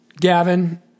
Gavin